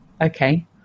okay